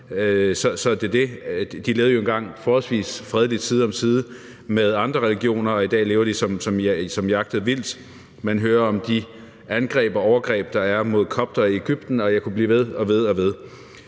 De levede jo engang forholdsvis fredeligt side om side med andre religioner, og i dag lever de som jaget vildt. Man hører om de angreb og overgreb, der er mod koptere i Egypten, og jeg kunne blive ved og ved.